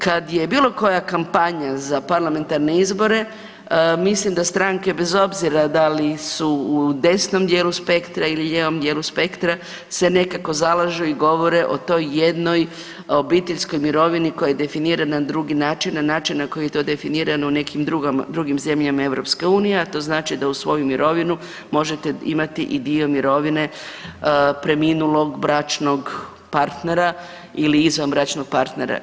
Kad je bilo koja kampanja za parlamentarne izbore, mislim da stranke, bez obzira da li su u desnom dijelu spektra ili lijevom dijelu spektra se nekako zalažu i govore o toj jednoj obiteljskoj mirovini koja je definirana na drugi način, na način na koji to definirano u nekim drugim zemljama EU, a to znači da uz svoju mirovinu možete imati i dio mirovine preminulog bračnog partnera ili izvanbračnog partnera.